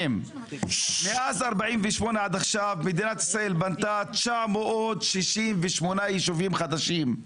מאז 48' ועד עכשיו מדינת ישראל בנתה 968 יישובים חדשים,